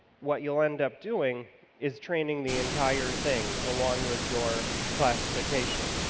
what you'll end up doing is training the entire thing along with your classification.